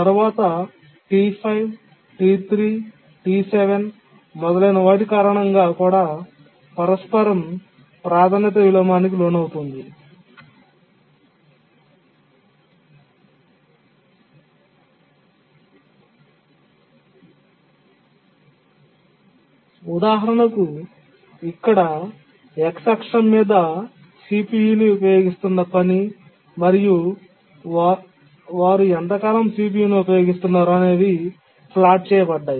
తరువాత T5 T3 T7 మొదలైనవాటి కారణంగా కూడా పరస్పరం ప్రాధాన్యత విలోమానికి లోనవుతుంది ఉదాహరణకు ఇక్కడ x అక్షం మీద CPU ని ఉపయోగిస్తున్న పని మరియు వారు ఎంతకాలం CPU ని ఉపయోగిస్తున్నారు అనేవి ప్లాట్ చేయబడ్డాయి